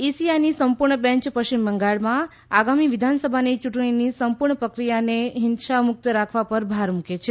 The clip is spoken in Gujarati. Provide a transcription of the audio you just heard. ઇસીઆઈની સંપૂર્ણ બેંચ પશ્ચિમ બંગાળમાં આગામી વિધાનસભાની યૂંટણીની સંપૂર્ણ પ્રક્રિયાને હિંસા મુક્ત રાખવા પર ભાર મૂકે છે